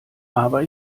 aber